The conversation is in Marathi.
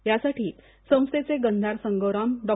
यासाठी संस्थेचे गंधार संगोराम डॉ